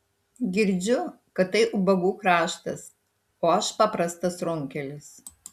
girdžiu kad tai ubagų kraštas o aš paprastas runkelis